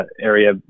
area